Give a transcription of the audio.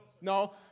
no